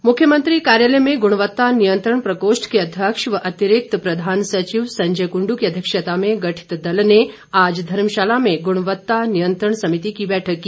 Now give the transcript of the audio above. जांच मुख्यमंत्री कार्यालय में गुणवत्ता नियंत्रण प्रकोष्ठ के अध्यक्ष व अतिरिक्त प्रधान सचिव संजय कुंडू की अध्यक्षता में गठित दल ने आज धर्मशाला में गुणवत्ता नियंत्रण समिति की बैठक की